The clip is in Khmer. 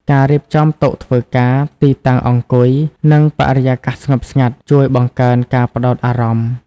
ការរៀបចំតុធ្វើការ ទីតាំងអង្គុយ និងបរិយាកាសស្ងប់ស្ងាត់ ជួយបង្កើនការផ្តោតអារម្មណ៍។